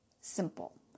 Simple